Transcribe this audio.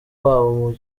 wabo